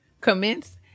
commence